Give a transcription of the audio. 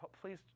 Please